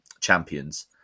champions